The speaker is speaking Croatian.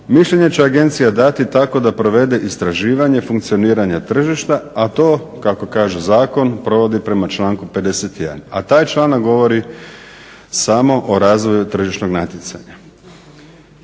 Mišljenje će agencija dati tako da provede istraživanje funkcioniranja tržišta, a to kako kaže zakon provodi prema članku 51., a taj članak govori samo o razvoju tržišnog natjecanja.